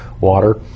water